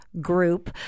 group